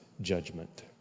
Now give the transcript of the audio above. judgment